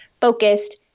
focused